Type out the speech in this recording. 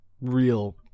real